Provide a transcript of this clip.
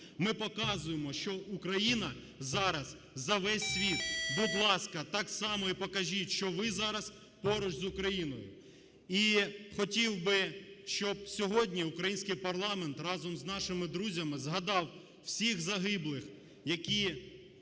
Ми показуємо, що Україна зараз за весь світ, будь ласка, так само і покажіть, що ви зараз поруч з Україною. І хотів би щоб сьогодні український парламент разом з нашими друзями загадав всіх загиблих, які